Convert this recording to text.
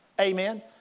Amen